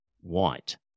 white